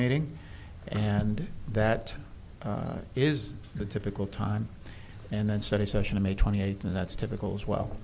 meeting and that is the typical time and then study session in may twenty eighth and that's typical as well